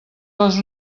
les